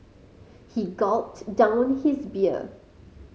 he gulped down his beer